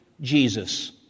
Jesus